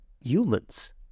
humans